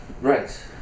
Right